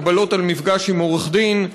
הגבלות על מפגש עם עורך-דין.